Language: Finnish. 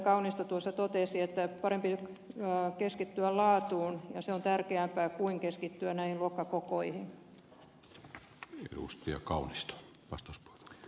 kaunisto tuossa totesi että parempi keskittyä laatuun ja se on tärkeämpää kuin keskittyä näihin luokkakokoihin